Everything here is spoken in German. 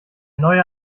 neue